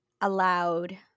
allowed